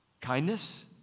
kindness